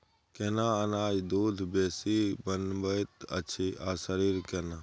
केना अनाज दूध बेसी बनबैत अछि आ शरीर केना?